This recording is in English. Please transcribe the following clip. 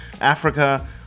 Africa